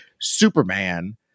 superman